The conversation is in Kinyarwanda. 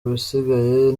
bisigaye